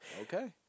Okay